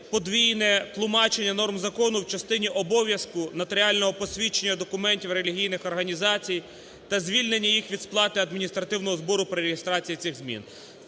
подвійне тлумачення норм закону в частині обов'язку нотаріального посвідчення документів релігійних організацій та звільнення їх від сплати адміністративного збору при реєстрації цих змін.